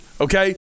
okay